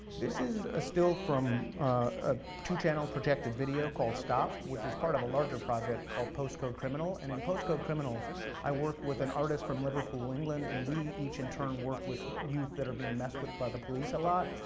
this is a still from a two channel projected video called stop, which is part of a larger project called post code criminal, and in post code criminal i work with an artist from liverpool, england, and we, each in turn, work with youth that are being messed with by the police a lot.